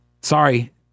sorry